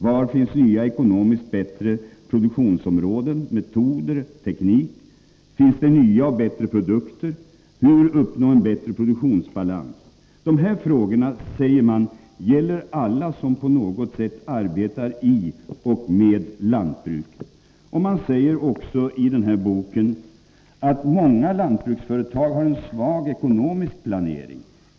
Var finns nya, ekonomiskt bättre produktionsområden, metoder, teknik? Finns det nya och bättre produkter? Hur uppnå en bättre produktionsbalans? Dessa frågor, säger man, gäller alla som på något sätt arbetar i och med lantbruk. Man säger också i den här boken att många lantbruksföretag har en svag ekonomisk planering.